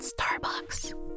Starbucks